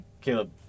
Caleb